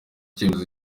icyemezo